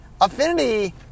Affinity